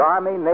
Army